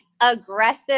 aggressive